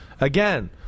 Again